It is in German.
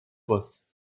boss